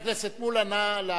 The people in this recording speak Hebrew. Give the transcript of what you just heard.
נעבור